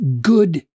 good